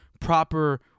proper